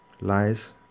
lies